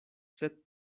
sed